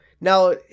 now